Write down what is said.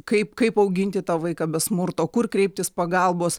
kaip kaip auginti tą vaiką be smurto kur kreiptis pagalbos